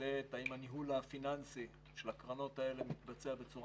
לעת האם הניהול הפיננסי של הקרנות האלה מתבצע בצורה